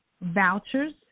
vouchers